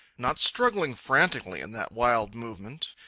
not struggling frantically in that wild movement,